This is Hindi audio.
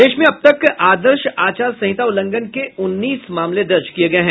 प्रदेश में अब तक आदर्श आचार संहिता उल्लंघन के उन्नीस मामले दर्ज किये गये है